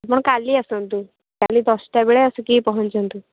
ଆପଣ କାଲି ଆସନ୍ତୁ କାଲି ଦଶ୍ଟା ବେଳେ ଆସିକି ପହଞ୍ଚନ୍ତୁ